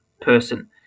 person